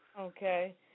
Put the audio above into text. Okay